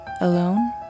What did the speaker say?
Alone